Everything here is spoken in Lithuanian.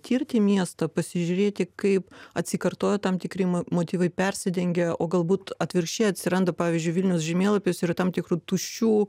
tirti miestą pasižiūrėti kaip atsikartoja tam tikri ma motyvai persidengia o galbūt atvirkščiai atsiranda pavyzdžiui vilniaus žemėlapis ir tam tikrų tuščių